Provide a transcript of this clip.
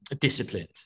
disciplined